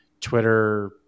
Twitter